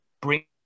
bring